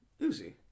Uzi